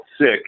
sick